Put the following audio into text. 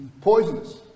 poisonous